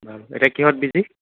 বাৰু এতিয়া কিহঁত বিজি